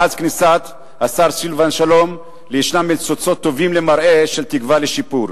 מאז כניסת השר סילבן שלום יש ניצוצות טובים למראה של תקווה לשיפור,